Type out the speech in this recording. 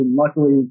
luckily